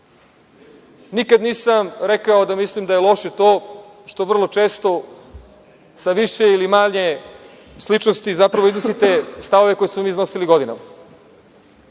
Nikad nisam rekao da mislim da je loše to što vrlo često, sa više ili manje sličnosti zapravo iznosite stavove koje smo mi iznosili godinama,